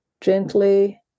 gently